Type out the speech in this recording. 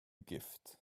gift